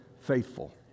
faithful